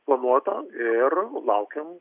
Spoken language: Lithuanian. planuota ir laukiam